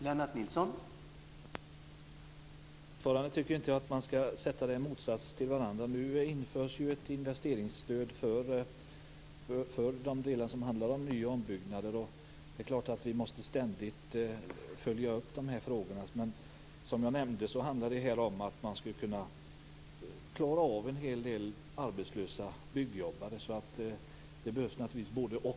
Herr talman! Jag tycker inte att man skall sätta de här sakerna i motsatsställning mot varandra. Nu införs ju ett investeringsstöd för ny och ombyggnader. Det är klart att vi ständigt måste följa upp de här frågorna, men som jag nämnt handlar det här om att klara en hel del arbetslösa byggjobbare. Det behövs naturligtvis ett både-och.